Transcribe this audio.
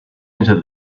into